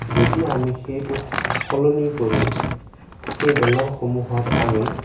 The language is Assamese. যদি আমি সেইটো সলনি কৰি সেই বেনাৰসমূহত আমি